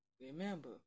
remember